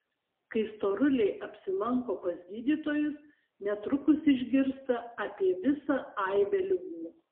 kai storuliai apsilanko pas gydytojus netrukus išgirsta apie visą aibę ligų